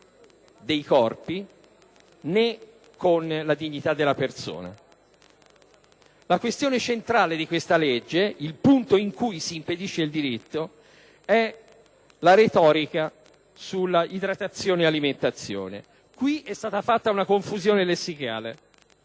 dei corpi né con la dignità della persona. La questione centrale di questa legge, il punto in cui si impedisce il diritto, è la retorica su idratazione e alimentazione. Qui è stata fatta una confusione lessicale.